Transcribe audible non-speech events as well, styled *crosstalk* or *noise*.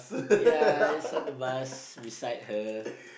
*laughs*